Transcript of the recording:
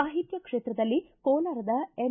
ಸಾಹಿತ್ಯ ಕ್ಷೇತ್ರದಲ್ಲಿ ಕೋಲಾರದ ಎಂ